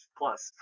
plus